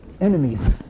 enemies